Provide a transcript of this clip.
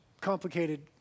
complicated